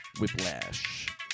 Whiplash